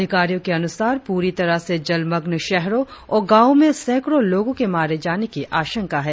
अधिकारियों के अनुसार पूरी तरह से जलमग्न शहरों और गांवो में सैकड़ों लोगों के मारे जाने की आशंका है